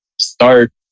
start